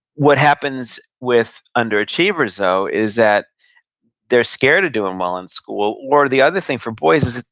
what happens with underachievers, though, is that they're scared of doing well in school, or the other thing for boys is,